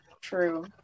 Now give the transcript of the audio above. True